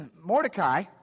mordecai